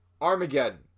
Armageddon